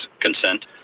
consent